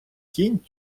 кінь